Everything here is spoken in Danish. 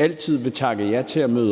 Mathiesen.